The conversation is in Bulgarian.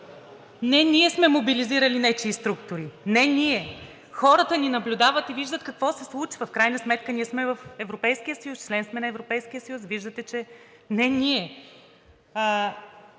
не ние сме мобилизирали нечии структури. Не ние! Хората ни наблюдават и виждат какво се случва. В крайна сметка ние сме в Европейския съюз, член сме на Европейския съюз, виждате че не ние.